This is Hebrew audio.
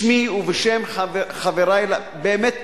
בשמי ובשם חברי, באמת תודה.